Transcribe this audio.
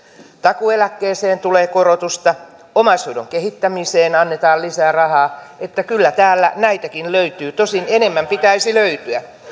takuu eläkkeeseen tulee korotusta omaishoidon kehittämiseen annetaan lisää rahaa eli kyllä täällä näitäkin löytyy tosin enemmän pitäisi löytyä